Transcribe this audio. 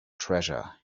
treasure